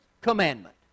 commandment